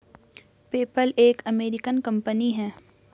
PayPal एक American company है